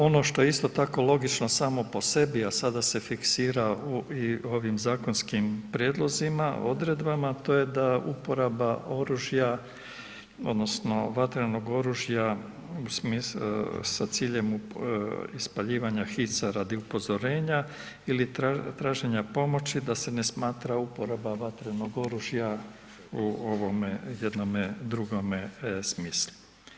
Ono što je isto tako logično samo po sebi, a sada se fiksira i u ovim zakonskim prijedlozima, odredbama, to je da uporaba oružja odnosno vatrenog oružja u smislu, sa ciljem ispaljivanja hica radi upozorenja ili traženja pomoći da se ne smatra uporaba vatrenog oružja u ovome jednome drugome smislu.